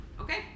Okay